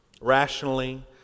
rationally